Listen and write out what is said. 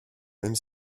même